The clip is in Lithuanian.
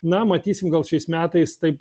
na matysim gal šiais metais taip